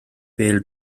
bêl